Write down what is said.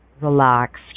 relaxed